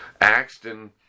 Axton